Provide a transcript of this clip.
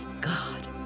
God